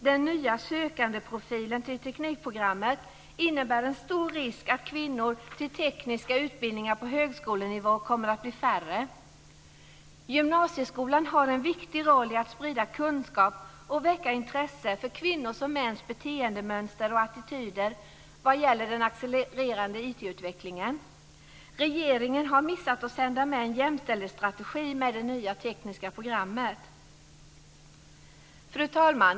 Den nya sökandeprofilen till teknikprogrammet innebär en stor risk att kvinnor som söker till tekniska utbildningar på högskolenivå kommer att bli färre. Gymnasieskolan har en viktig roll i att sprida kunskap och väcka intresse för kvinnors och mäns beteendemönster och attityder vad gäller den accelererande IT-utvecklingen. Regeringen har missat att sända med en jämställdhetsstrategi med det nya tekniska programmet. Fru talman!